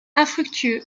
infructueux